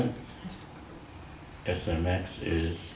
it is